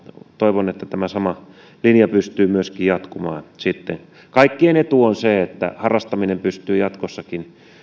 toivon että tämä sama linja pystyy myöskin jatkumaan sitten kaikkien etu on se että harrastaminen pystyy jatkossakin